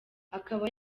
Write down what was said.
akaba